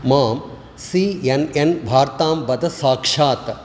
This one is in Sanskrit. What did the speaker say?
माम् सि एन् एन् वार्तां वद साक्षात्